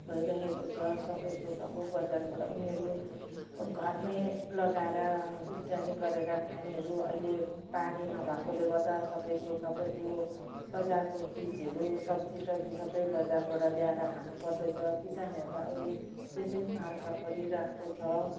भइरहेको छ सब थोक अब बजारबाट उनीहरू घरमा लगाएर उब्जनी गरेर खानेहरू अहिले पानी नभएकोले गर्दा सब थोक अब त्यो बजारको चिजहरू सब्जी टब्जी सब बजारबाट ल्याएर खानु पर्दैछ किसानहरूलाई अहिले त्यसै मर्का परिरहेको छ